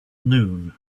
noon